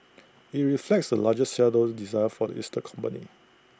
IT reflects the largest shareholder's desire for the listed company